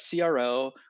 CRO